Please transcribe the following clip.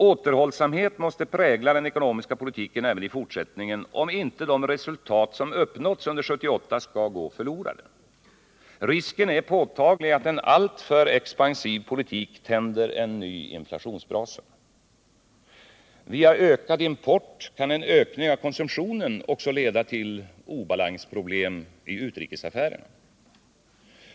Återhållsamhet måste prägla den ekonomiska politiken även i fortsättningen, om inte de resultat som uppnåtts under 1978 skall gå förlorade. Risken är påtaglig att en alltför expansiv politik tänder en ny inflationsbrasa. Genom ökad import kan en ökning av konsumtionen också leda till obalansproblem i utrikesaffärerna.